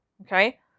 Okay